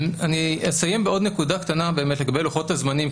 אני אסיים בעוד נקודה קטנה לגבי לוחות הזמנים,